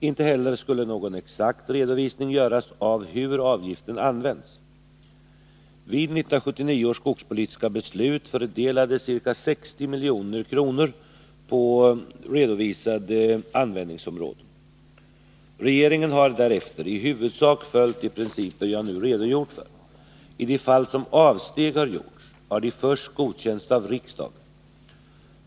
Inte heller skulle någon exakt redovisning göras av hur avgiften används. Vid 1979 års skogspolitiska beslut fördelades ca 60 milj.kr. på dessa användningsområden. Regeringen har därefter i huvudsak följt de principer jag nu har redogjort för. I de fall som avsteg har gjorts har de först godkänts av riksdagen.